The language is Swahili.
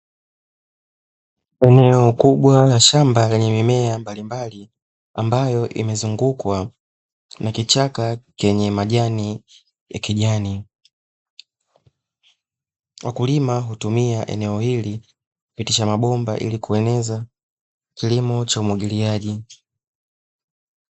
Eneo kubwa la shamba lenye mimea mbalimbali ambayo imezungukwa na kichaka chenye majani ya kijani, wakulima hutumia eneo hili kupitisha mabomba ili kueneza kilimo cha umwagiliaji.